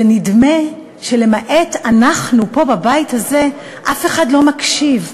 ונדמה שלמעט אנחנו פה בבית הזה, אף אחד לא מקשיב.